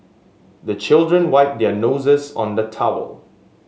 the children wipe their noses on the towel